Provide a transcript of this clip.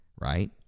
right